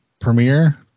premiere